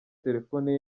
telefone